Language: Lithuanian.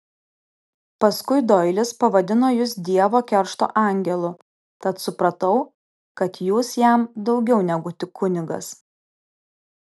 paskui doilis pavadino jus dievo keršto angelu tad supratau kad jūs jam daugiau negu tik kunigas